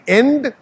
end